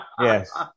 yes